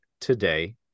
today